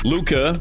Luca